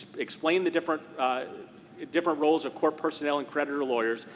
explain the different different roles of court personnel and creditor lawyers,